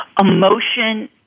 emotion